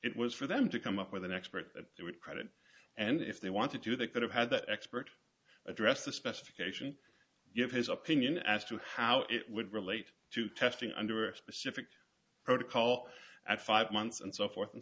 was for them to come up with an expert that they would credit and if they wanted to they could have had the expert address the specification give his opinion as to how it would relate to testing under a specific protocol at five months and so forth and